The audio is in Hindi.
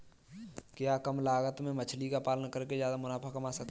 क्या कम लागत में मछली का पालन करके ज्यादा मुनाफा कमा सकते हैं?